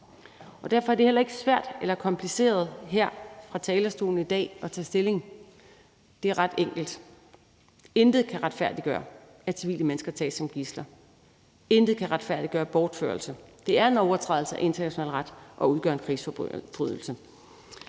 Derfor er det heller ikke svært eller kompliceret her fra talerstolen i dag at tage stilling; det er ret enkelt. Intet kan retfærdiggøre, at civile mennesker tages som gidsler; intet kan retfærdiggøre bortførelser. Det er en overtrædelse af international ret og udgør en krigsforbrydelse.